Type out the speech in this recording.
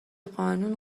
قانون